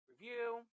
review